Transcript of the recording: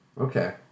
Okay